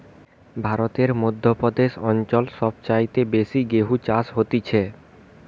ভারতের মধ্য প্রদেশ অঞ্চল সব চাইতে বেশি গেহু চাষ হতিছে